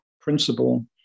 principle